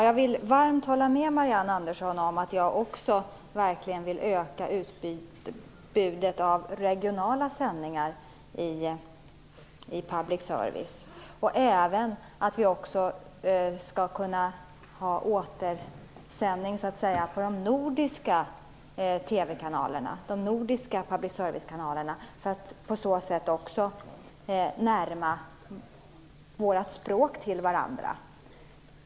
Jag vill varmt hålla med Marianne Andersson om att utbudet av regionala sändningar bör öka inom public service, liksom att vi bör kunna ha "återsändning" av de nordiska public servicekanalerna för att på så sätt kunna närma oss varandras språk.